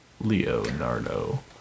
Leonardo